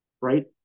right